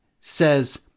says